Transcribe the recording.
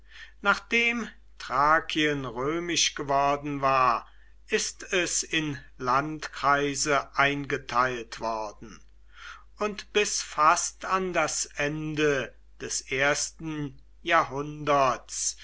nachdem thrakien römisch geworden war ist es in landkreise eingeteilt worden und bis fast an das ende des ersten jahrhunderts